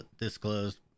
disclosed